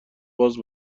باز